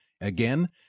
Again